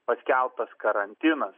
paskelbtas karantinas